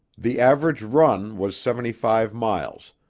the average run was seventy-five miles,